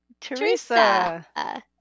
Teresa